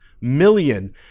million